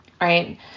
right